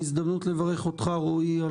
זאת הזדמנות לברך אותך רועי,